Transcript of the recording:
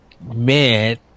man